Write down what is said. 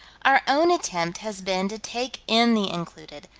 our own attempt has been to take in the included,